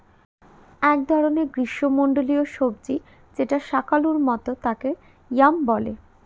এক ধরনের গ্রীস্মমন্ডলীয় সবজি যেটা শাকালুর মত তাকে য়াম বলে